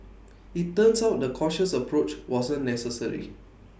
IT turns out the cautious approach wasn't necessary